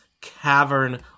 cavern